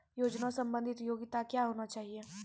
योजना संबंधित योग्यता क्या होनी चाहिए?